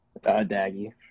Daggy